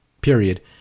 period